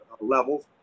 levels